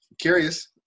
curious